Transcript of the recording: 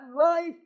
life